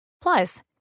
Plus